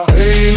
Hey